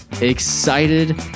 excited